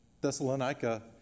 Thessalonica